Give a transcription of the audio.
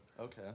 Okay